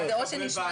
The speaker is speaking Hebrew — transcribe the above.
שמה